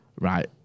right